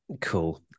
Cool